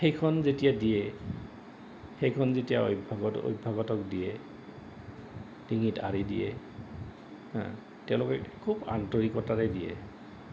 সেইখন যেতিয়া দিয়ে সেইখন যেতিয়া অভ্যাগত অভ্যাগতক দিয়ে ডিঙিত আঁৰি দিয়ে তেওঁলোকে খুব আন্তৰিকতাৰে দিয়ে